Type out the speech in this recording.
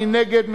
מי נגד?